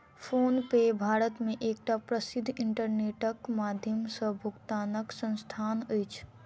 PhonePe Bharat मे एकटा प्रसिद्ध इंटरनेटक माध्यम सॅ भुगतानक संस्थान अछि